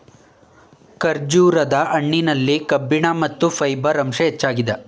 ಖರ್ಜೂರದ ಹಣ್ಣಿನಲ್ಲಿ ಕಬ್ಬಿಣ ಮತ್ತು ಫೈಬರ್ ಅಂಶ ಹೆಚ್ಚಾಗಿದೆ